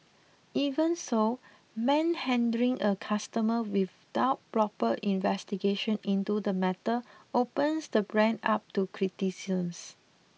even so manhandling a customer without proper investigation into the matter opens the brand up to criticisms